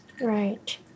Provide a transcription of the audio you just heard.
Right